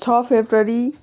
छः फेब्रुअरी